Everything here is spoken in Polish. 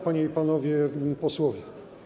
Panie i Panowie Posłowie!